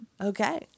okay